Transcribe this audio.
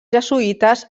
jesuïtes